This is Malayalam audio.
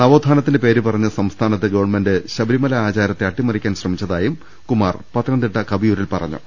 നവോത്ഥാനത്തിന്റെ പേരുപറഞ്ഞ് സംസ്ഥാനത്ത് ഗവൺമെന്റ് ശബരിമല ആചാരത്തെ അട്ടിമറി ക്കാൻ ശ്രമിച്ചതായും കുമാർ പത്തനംതിട്ട കവിയൂരിൽ പറഞ്ഞു